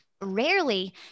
Rarely